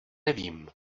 nevím